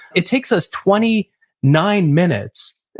it takes us twenty nine minutes,